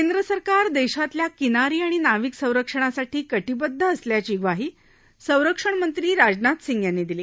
केंद्र सरकार देशातल्या किनारी आणि नाविक संरक्षणासाठी कटिबद्ध असल्याची ग्वाही संरक्षणमंत्री राजनाथ सिंग यांनी दिली